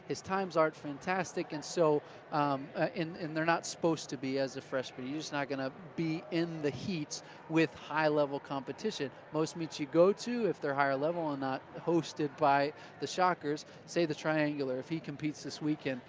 his times aren't fantastic. and so ah and they're not supposed to be as a freshman. you're just not going to be in the heat with high level competition. most meets you go to, if they're higher level, are not hosted by the shockers, say the triangular. if he competes this weekend,